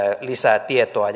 lisää tietoa